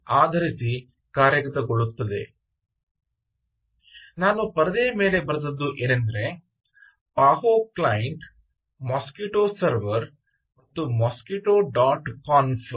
ಆದ್ದರಿಂದ ನಾನು ಪರದೆಯ ಮೇಲೆ ಬರೆದದ್ದು ಏನೆಂದರೆ ಪಾಹೋ ಕ್ಲೈಂಟ್ ಮೊಸ್ಕಿಟೊ ಸರ್ವರ್ ಮತ್ತು ಮೊಸ್ಕಿಟೊ ಡಾಟ್ ಕಾನ್ಫ್ moquito